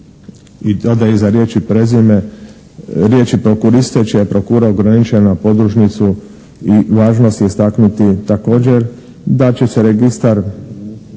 i dodaje iza riječi: "prezime" riječi: "prokuriste čija je prokura ograničena na podružnicu". I važno je istaknuti također da će se registar,